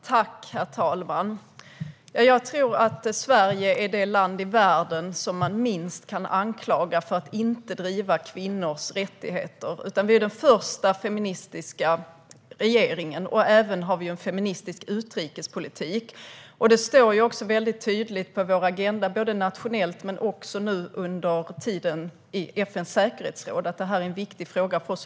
Herr talman! Jag tror att Sverige är det land i världen som man minst kan anklaga för att inte driva frågan om kvinnors rättigheter. Vi är den första feministiska regeringen, och vi har även en feministisk utrikespolitik. Det står också väldigt tydligt på vår agenda, både nationellt och i FN:s säkerhetsråd, att detta är en viktig fråga för oss.